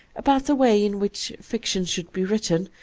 about the way in which fic tion should be written,